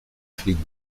flics